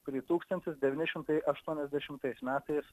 kurį tūkstantis devyni šimtai aštuoniasdešimtais metais